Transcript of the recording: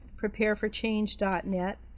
prepareforchange.net